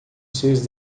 seus